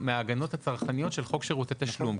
מההגנות הצרכניות של חוק שירותי תשלום.